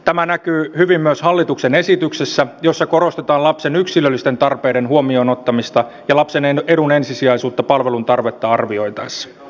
tämä näkyy hyvin myös hallituksen esityksessä jossa korostetaan lapsen yksilöllisten tarpeiden huomioon ottamista ja lapsen edun ensisijaisuutta palvelun tarvetta arvioitaessa